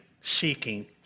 seeking